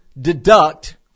deduct